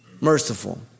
merciful